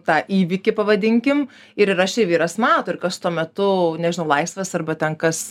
tą įvykį pavadinkim ir ir aš i vyras mato ir kas tuo metu nežinau laisvas arba ten kas